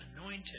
anointed